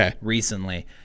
recently